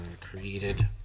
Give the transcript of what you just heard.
created